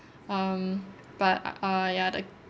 um but ah ya the